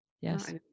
Yes